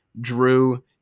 Drew